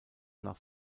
nach